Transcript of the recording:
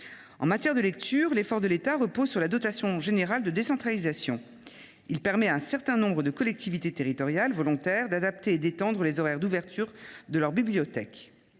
En matière de lecture, l’effort de l’État repose sur la dotation générale de décentralisation (DGD). Il permet à un certain nombre de collectivités territoriales volontaires d’adapter et d’étendre les horaires d’ouverture de leurs bibliothèques.